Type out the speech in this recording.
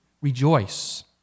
rejoice